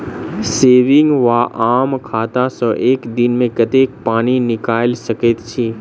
Saving वा आम खाता सँ एक दिनमे कतेक पानि निकाइल सकैत छी?